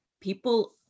people